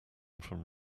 from